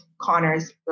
Connor's